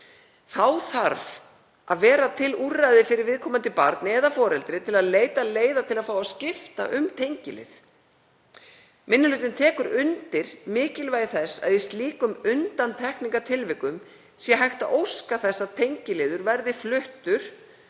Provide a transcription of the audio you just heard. Þá þarf að vera til úrræði fyrir viðkomandi barn eða foreldri til að leita leiða til að fá að skipta um tengilið. Minni hlutinn tekur undir mikilvægi þess að í slíkum undantekningartilvikum sé hægt að óska þess að tengiliður verði fluttur